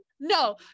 No